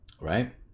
right